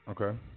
Okay